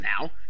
now